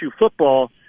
football